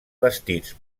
vestits